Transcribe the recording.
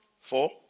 four